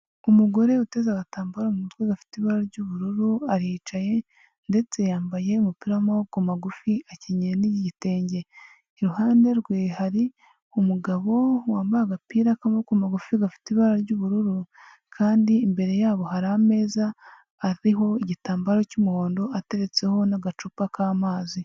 Umugore uteze agatambaro mutwe gafite ibara ry'ubururu, aricaye ndetse yambaye umupira w'amaboko magufi akenye n'igitenge, iruhande rwe hari umugabo wambaye agapira k'amaboko magufi gafite ibara ry'ubururu, kandi imbere yabo hari ameza ariho igitambaro cy'umuhondo ateretseho n'agacupa k'amazi.